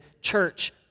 church